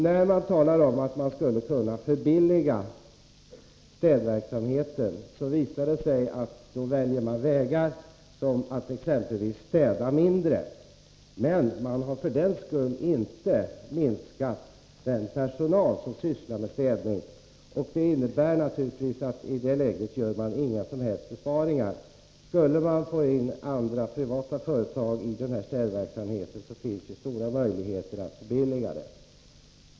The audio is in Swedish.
När det talas om att förbilliga städverksamheten visar det sig att man exempelvis väljer att städa mindre. Men man har för den skull inte minskat städpersonalen till antalet. Det innebär naturligtvis inga som helst besparingar. Om man däremot lät privata företag gå in i städverksamheten skulle det finnas stora möjligheter till ett förbilligande.